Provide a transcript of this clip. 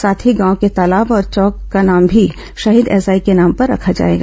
साथ ही गांव के तालाब और चौक का नाम भी शहीद एसआई के नाम पर रखा जाएगा